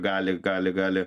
gali gali gali